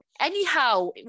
anyhow